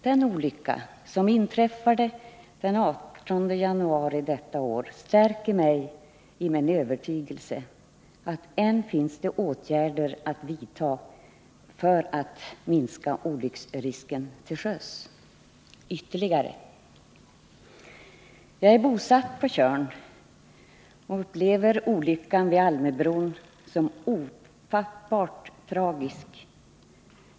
Den olycka som inträffade den 18 januari i år stärker mig i min övertygelse att än finns det sådana åtgärder att vidta. Jag är bosatt på Tjörn och upplever olyckan vid Almöbron som ofattbart tragisk.